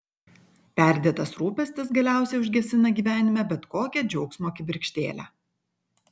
perdėtas rūpestis galiausiai užgesina gyvenime bet kokią džiaugsmo kibirkštėlę